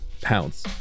pounce